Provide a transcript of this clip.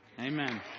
Amen